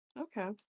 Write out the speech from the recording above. Okay